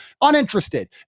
uninterested